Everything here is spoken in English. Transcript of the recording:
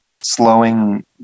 slowing